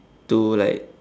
to like